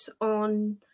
on